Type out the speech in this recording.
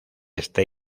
este